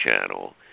Channel